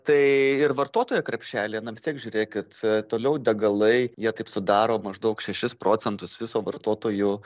tai ir vartotojo krepšelyje na vis tiek žiūrėkit toliau degalai jie taip sudaro maždaug šešis procentus viso vartotojų